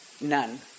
None